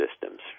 systems